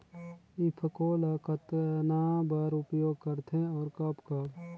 ईफको ल कतना बर उपयोग करथे और कब कब?